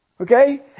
Okay